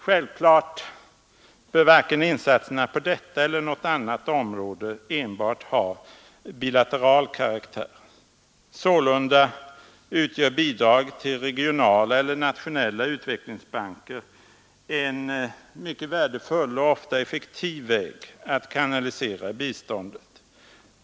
Självfallet bör insatserna varken på detta eller på något annat område enbart ha bilateral karaktär. Sålunda utgör bidrag till regionala eller nationella utvecklingsbanker en mycket värdefull och ofta effektiv väg att kanalisera biståndet.